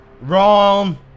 Wrong